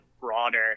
broader